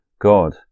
God